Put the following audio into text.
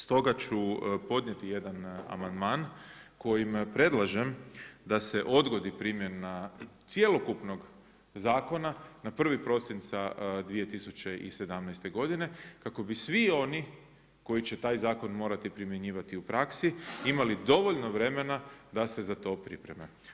Stoga ću podnijeti jedan amandman kojim predlažem da se odgodi primjena cjelokupnog zakona na 1. prosinca 2017. godine kako bi svi oni koji će taj zakon morati primjenjivati u praksi imali dovoljno vremena da se za to pripreme.